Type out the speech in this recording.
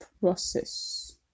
process